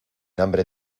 hambre